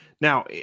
Now